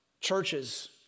Churches